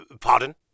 Pardon